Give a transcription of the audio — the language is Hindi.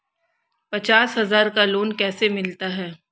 पचास हज़ार का लोन कैसे मिलता है?